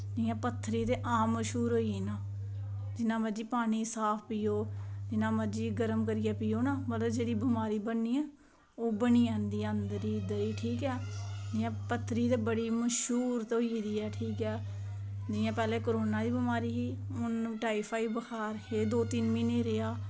इंया पत्थरी ते आम मश्हूर होई ना जिन्ना मर्ज़ी पानी साफ पियो ते जिन्ना मरज़ी गर्म करियै पियो ना ते जेह्ड़ी बमारी बननी ओह् बनी जंदी अंदर ई ठीक ऐ इंया पत्थरी ते मश्हूर होई गेदी ऐ ठीक ऐ जियां पैह्लें कोरोना दी बमारी ही ते हून टाईडफाईड बुखार फिर एह्बी दौ तीन म्हीनै रेहा